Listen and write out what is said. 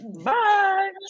Bye